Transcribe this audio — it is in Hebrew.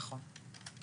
נכון.